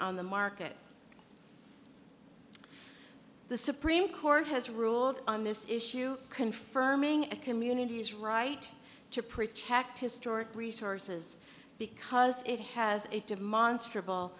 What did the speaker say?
on the market the supreme court has ruled on this issue confirming a community is right to protect historic resources because it has a demonst